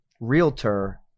realtor